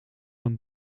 een